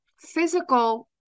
physical